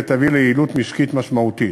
ותביא ליעילות משקית משמעותית.